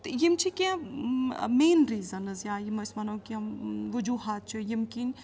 تہٕ یِم چھِ کیٚنٛہہ مین ریٖزَنٕز یا یِم أسۍ وَنو کینٛہہ وجوٗہات چھِ یِم کِنۍ